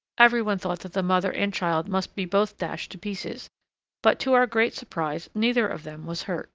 every one thought that the mother and child must be both dashed to pieces but, to our great surprise, neither of them was hurt